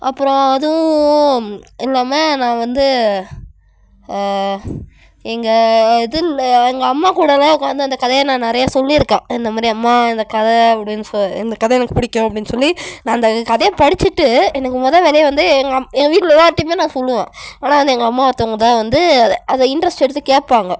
அப்புறம் அதுவும் இல்லாமல் நான் வந்து எங்கள் இதில் எங்கள் அம்மா கூடலாம் உட்காந்து அந்த கதையை நான் நிறையா சொல்லியிருக்கேன் இந்தமாதிரி அம்மா இந்த கதை அப்படினு சொ இந்த கதை எனக்கு பிடிக்கும் அப்படினு சொல்லி நான் அந்த கதையை படிச்சிவிட்டு எனக்கு முத வேலையே வந்து எங்கள் அம் எங்கள் வீட்டில் எல்லாருட்டையுமே நான் சொல்லுவேன் ஆனால் வந்து எங்கள் அம்மா ஒருத்தவங்கதான் வந்து அதை அதை இன்ட்ரெஸ்ட் எடுத்து கேட்ப்பாங்க